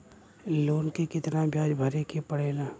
Loan के कितना ब्याज भरे के पड़े ला?